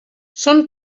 són